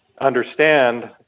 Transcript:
understand